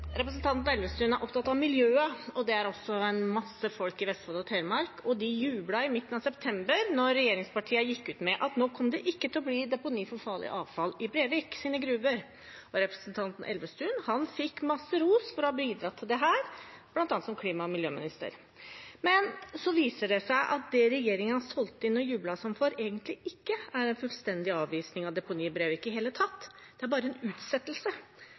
opptatt av miljøet. Det er også mange folk i Vestfold og Telemark, og de jublet i midten av september da regjeringspartiene gikk ut med at det nå ikke kom til å bli deponi for farlig avfall i Breviks gruver. Representanten Elvestuen fikk masse ros for å ha bidratt til dette, bl.a. som klima- og miljøminister. Men så viser det seg at det regjeringen solgte inn og jublet sånn for, egentlig ikke er en fullstendig avvisning av deponi i Brevik i det hele tatt, det er bare en utsettelse.